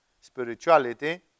Spirituality